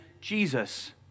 Jesus